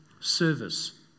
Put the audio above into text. service